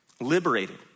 Liberated